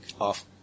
Off